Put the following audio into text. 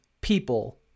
people